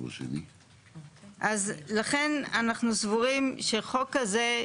אז לכן אנחנו סבורים שחוק הזה,